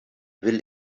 will